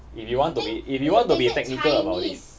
if you want to be if you want to be technical about it